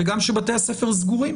וגם שבתי הספר סגורים,